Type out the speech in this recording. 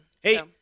Hey